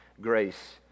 grace